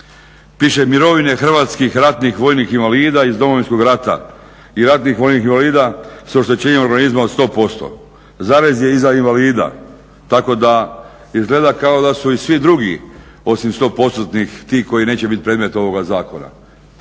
Piše, mirovine hrvatskih ratnih vojnih invalida iz Domovinskog rata i ratnih vojnih invalida s oštećenjem organizma od 100%, zarez je iza invalida tako da izgleda kao da su i svi drugi osim 100%-tnih ti koji neće biti predmet ovoga zakona.